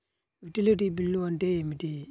Utility bill అంటే ఏమిటి?